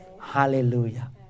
Hallelujah